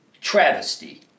travesty